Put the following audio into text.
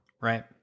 Right